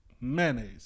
mayonnaise